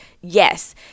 yes